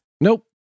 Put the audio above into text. Nope